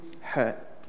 hurt